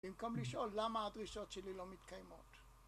במקום לשאול למה הדרישות שלי לא מתקיימות